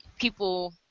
people